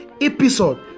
episode